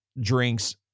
drinks